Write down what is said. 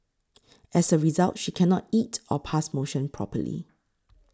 as a result she cannot eat or pass motion properly